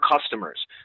customers